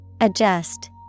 Adjust